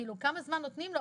כאילו כמה זמן נותנים לו?